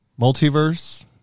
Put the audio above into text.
Multiverse